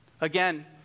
again